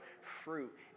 fruit